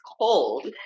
cold